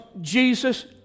Jesus